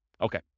Okay